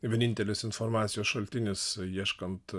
vienintelis informacijos šaltinis ieškant